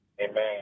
Amen